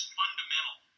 fundamental